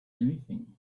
anything